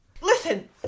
Listen